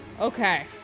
Okay